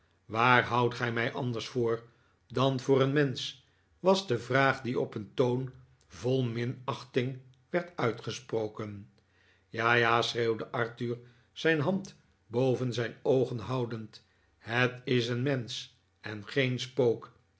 waar houdt ge mij anders voor dan voor een mensch was de vraag die op een toon vol minachting werd uitgesproken ja ja schreeuwde arthur zijn hand boven zijn oogen houdend het is een mensch en geen spook